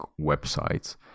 websites